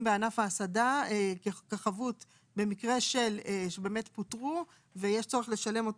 בענף ההסעדה כחבות במקרה שפוטרו ויש צורך לשלם את